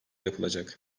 yapılacak